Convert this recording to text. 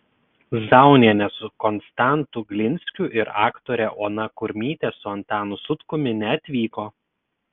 zaunienė su konstantu glinskiu ir aktorė ona kurmytė su antanu sutkumi neatvyko